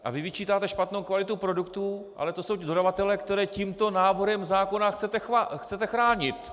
A vy vyčítáte špatnou kvalitu produktů, ale to jsou dodavatelé, které tímto návrhem zákona chcete chránit.